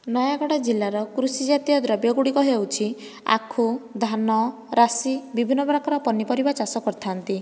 ନୟାଗଡ଼ ଜିଲ୍ଲାର କୃଷିଜାତୀୟ ଦ୍ରବ୍ୟ ଗୁଡ଼ିକ ହେଉଛି ଆଖୁ ଧାନ ରାଶି ବିଭିନ୍ନ ପ୍ରକାର ପନିପରିବା ଚାଷ କରିଥାଆନ୍ତି